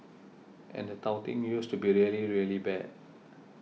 and the touting used to be really really bad